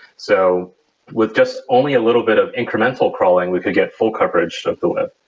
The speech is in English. so with just only a little bit of incremental crawling, we could get full coverage of the web,